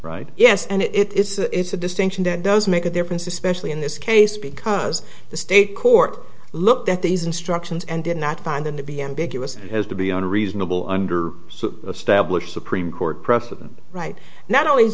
right yes and it is it's a distinction that does make a difference especially in this case because the state court looked at these instructions and did not find them to be ambiguous has to be unreasonable under established supreme court precedent right not only